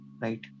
right